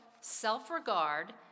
self-regard